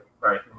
Right